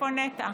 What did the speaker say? איפה נטע?